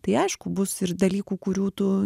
tai aišku bus ir dalykų kurių tu